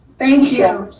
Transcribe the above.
thank you.